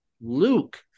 Luke